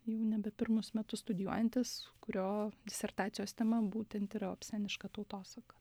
jau nebe pirmus metus studijuojantis kurio disertacijos tema būtent yra obseniška tautosaka